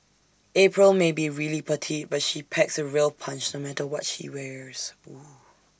April may be really petite but she packs A real punch no matter what she wears